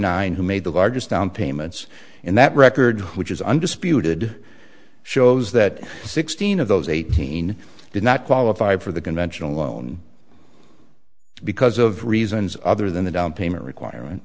nine who made the largest down payments in that record which is undisputed shows that sixteen of those eighteen did not qualify for the conventional loan because of reasons other than the down payment requirement